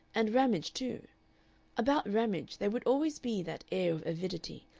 and ramage too about ramage there would always be that air of avidity,